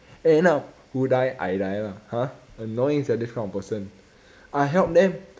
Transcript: end up who die I die lah !huh! annoying sia this kind of person I help them